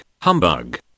Humbug